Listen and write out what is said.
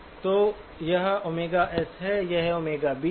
तो यह Ωs है यह ΩB है